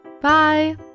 Bye